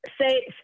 say